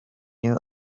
new